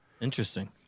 Interesting